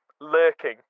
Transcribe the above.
Lurking